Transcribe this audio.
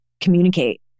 communicate